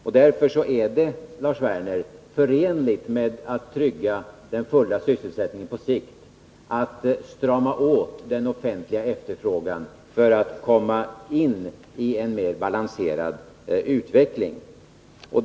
Att strama åt den offentliga efterfrågan för att komma in i en mer balanserad utveckling är därför, Lars Werner, förenligt med att trygga den fulla sysselsättningen på sikt.